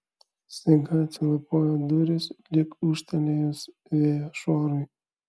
staiga atsilapojo durys lyg ūžtelėjus vėjo šuorui